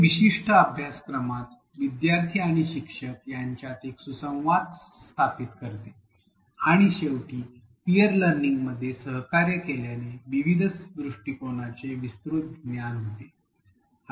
हे विशिष्ट अभ्यासक्रमात विद्यार्थी आणि शिक्षक यांच्यात एक सुसंवाद स्थापित करते आणि शेवटी पियर लर्निंग मध्ये सहकार्य केल्याने विविध दृष्टिकोनाचे विस्तृत ज्ञान होते